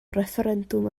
refferendwm